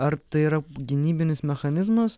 ar tai yra gynybinis mechanizmas